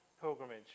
pilgrimage